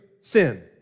sin